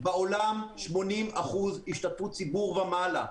בעולם יש 80% השתתפות ציבורית ומעלה.